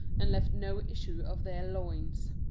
and left no issue of their loins.